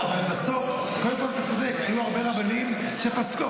היו הרבה רבנים שפסקו,